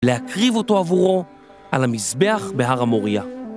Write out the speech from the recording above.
להקריב אותו עבורו על המזבח בהר המוריה.